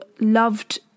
loved